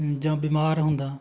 ਜਾਂ ਬਿਮਾਰ ਹੁੰਦਾ